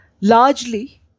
largely